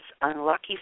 unlucky